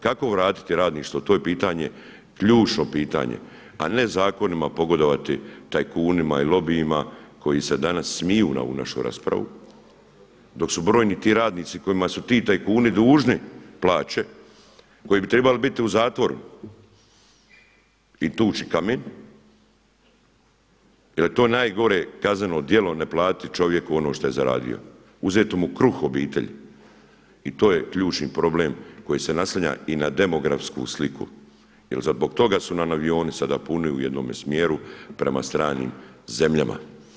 Kako vratiti radništvo, to je pitanje, ključno pitanje a ne zakonima pogodovati tajkunima i lobijima koji se danas smiju na ovu našu raspravu dok su brojni ti radnici kojima su ti tajkuni dužni plaće, koji bi trebali biti u zatvoru i tući kamen, jer je to nagore kazneno djelo ne platiti čovjeku ono što je zaradio, uzeti mu kruh obitelji, i to je ključni problem koji se naslanja i na demografsku sliku jer zbog toga su nam avioni sada puni u jednome smjeru prema stranim zemljama.